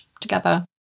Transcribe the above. together